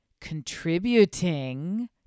contributing